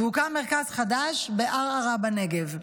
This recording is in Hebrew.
והוקם מרכז חדש בערערה בנגב.